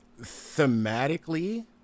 thematically